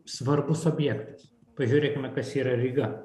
svarbus objektas pažiūrėkime kas yra ryga